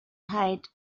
height